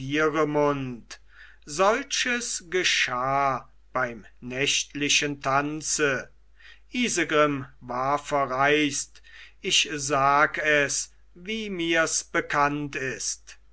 solches geschah beim nächtlichen tanze isegrim war verreist ich sag es wie mirs bekannt ist